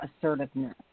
assertiveness